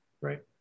right